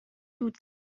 دود